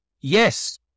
yes